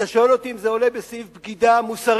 אתה שואל אותי אם זה עולה בסעיף בגידה מוסרי?